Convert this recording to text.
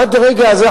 עד לרגע זה,